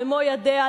במו ידיה,